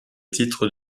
titre